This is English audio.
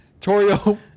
torio